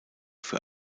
für